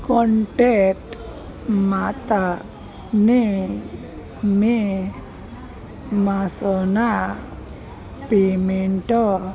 contact માતાને મેં માસનાં પેમેન્ટ